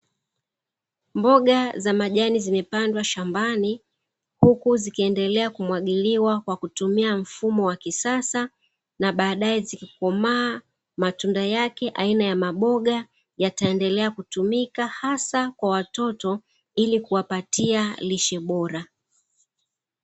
Mboga za majani zimepandwa shamabani huku zikiendelea kumwagiliwa kwa kutumia mfumo wa kisasa na baadae zikikomaa matunda yake aina ya maboga yataendelea kutumika hasa kwa watoto ilikuwapatia lishe bora.